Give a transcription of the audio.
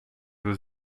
was